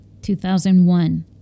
2001